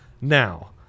now